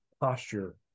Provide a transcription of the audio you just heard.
posture